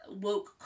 woke